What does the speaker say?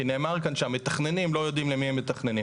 כי נאמר כאן שהמתכננים לא יודעים למי הם מתכננים.